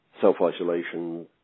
self-isolation